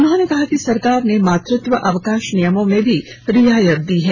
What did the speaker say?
उन्होंने कहा कि सरकार ने मातृत्व अवकाश नियमों में भी रियायत दी है